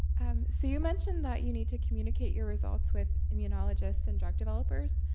um so you mentioned that you need to communicate your results with immunologists and drug developers.